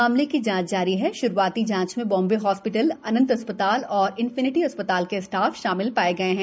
मामले की जांच जारी है श्रूआती जांच में बाम्बे हॉस्पिटल अनंत अस्पताल और इनफिनिटी अस्पताल के स्टाफ शामिल पाए गए हैं